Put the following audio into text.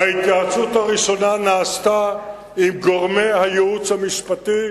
ההתייעצות הראשונה נעשתה עם גורמי הייעוץ המשפטי,